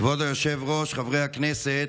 כבוד היושב-ראש, חברי הכנסת,